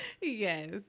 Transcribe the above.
Yes